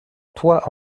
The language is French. toit